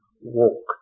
walk